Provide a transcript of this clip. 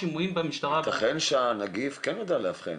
ייתכן שהנגיף כן יודע לאבחן